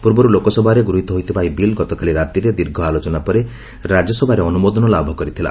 ପୂର୍ବରୁ ଲୋକସଭାରେ ଗୃହୀତ ହୋଇଥିବା ଏହି ବିଲ୍ ଗତକାଲି ରାତିରେ ଦୀର୍ଘ ଆଲୋଚନାପରେ ରାଜ୍ୟସଭାର ଅନ୍ତମୋଦନ ଲାଭ କରିଥିଲା